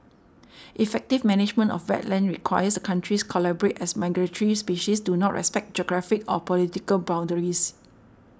effective management of wetlands requires the countries collaborate as migratory species do not respect geographic or political boundaries